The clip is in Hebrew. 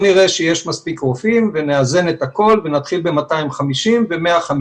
נראה שיש מספיק רופאים ונאזן את הכול ונתחיל ב-250 ו-150.